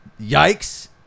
yikes